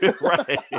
Right